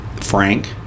Frank